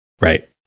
Right